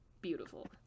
beautiful